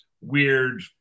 weird